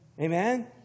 Amen